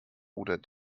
oder